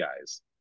guys